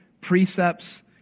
precepts